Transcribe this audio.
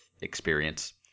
experience